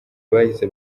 bahise